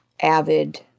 avid